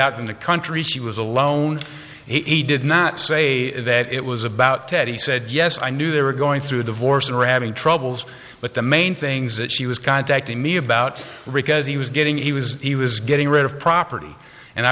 out in the country she was alone he did not say that it was about ten he said yes i knew they were going through a divorce and are having troubles but the main things that she was contacting me about rick as he was getting he was he was getting rid of property and i